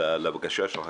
למבקשה שלך.